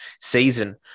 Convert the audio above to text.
season